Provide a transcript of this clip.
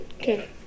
Okay